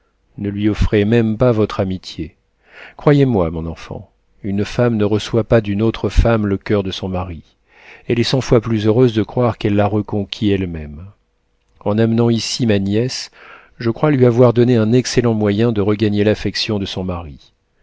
ne lui offrez même pas votre amitié croyez-moi mon enfant une femme ne reçoit pas d'une autre femme le coeur de son mari elle est cent fois plus heureuse de croire qu'elle l'a reconquis elle-même en amenant ici ma nièce je crois lui avoir donné un excellent moyen de regagner l'affection de son mari